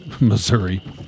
Missouri